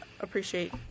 appreciate